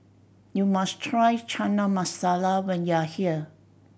you must try Chana Masala when you are here